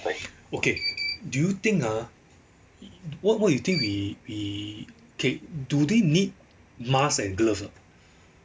okay do you think ah wha~ what you think we we K do they need mask and glove or not